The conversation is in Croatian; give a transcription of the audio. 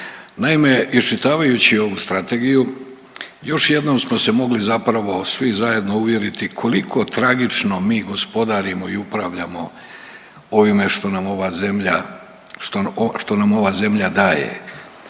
Naime, iščitavajući ovu Strategiju, još jednom smo se mogli zapravo svi zajedno uvjeriti koliko tragično mi gospodarimo i upravljamo ovime što nam ova zemlja daje.